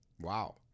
Wow